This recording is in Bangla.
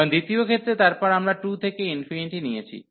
এবং দ্বিতীয় ক্ষেত্রে তারপর আমরা 2 থেকে নিয়েছি